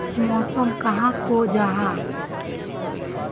मौसम कहाक को जाहा?